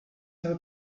have